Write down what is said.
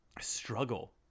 struggle